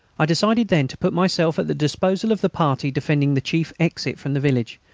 i decided then to put myself at the disposal of the party defending the chief exit from the village,